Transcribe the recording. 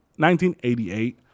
1988